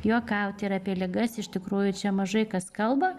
juokauti ir apie ligas iš tikrųjų čia mažai kas kalba